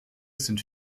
sind